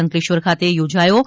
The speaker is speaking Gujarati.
અંકલેશ્વર ખાતે યોજાયો છે